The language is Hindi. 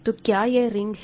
तो क्या यह रिंग है